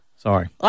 Sorry